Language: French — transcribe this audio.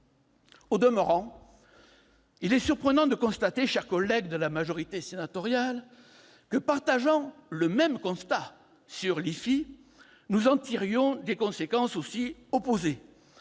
ailleurs, il est surprenant de constater, chers collègues de la majorité sénatoriale, que, partageant le même constat sur l'IFI, nous en tirions des conséquences aussi opposées.